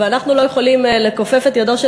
אבל אנחנו לא יכולים לכופף את ידו של